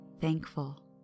thankful